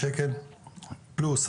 שלוש מאות ושניים מיליון שקל,